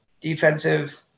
defensive